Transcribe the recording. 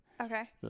okay